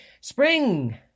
Spring